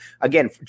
Again